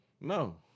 No